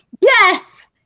yes